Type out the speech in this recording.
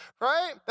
right